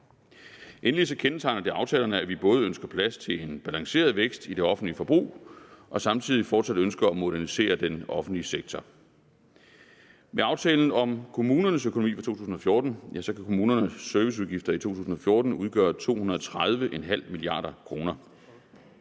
Endelig kendetegner det aftalerne, at vi både ønsker plads til en balanceret vækst i det offentlige forbrug og samtidig fortsat har et ønske om at modernisere den offentlige sektor. Med aftalen om kommunernes økonomi for 2014 kan kommunernes serviceudgifter i 2014 udgøre 230,5 mia. kr.